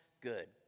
good